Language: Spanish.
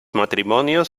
matrimonios